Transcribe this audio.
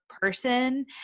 person